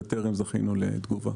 וטרם זכינו לתגובה.